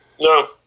No